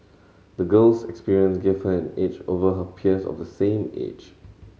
the girl's experience gave her an edge over her peers of the same age